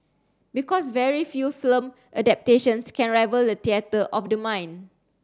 because very few film adaptations can rival the theatre of the mind